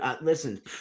Listen